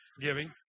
giving